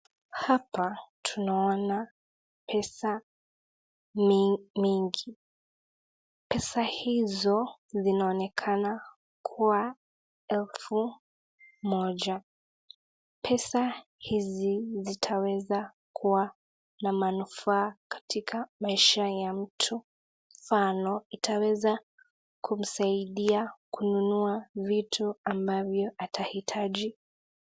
Hapa tunaona pesa mengi pesa hizo zinaonekana kuwa elfu moja , pesa hizi zitaweza kuwa na manufaa katika maisha ya mtu mfano itaweza kumsaidia kununua vitu ambavyo ataitaji.